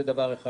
זה דבר אחד.